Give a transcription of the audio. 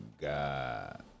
God